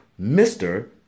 Mr